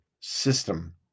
system